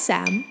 Sam